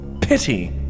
pity